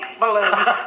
balloons